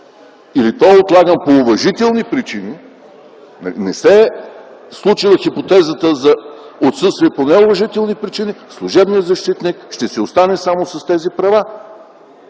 или той е отлаган по уважителни причини, не се е случила хипотезата за отсъствие по неуважителни причини, служебният защитник ще си остане само с тези права!